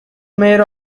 mayor